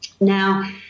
Now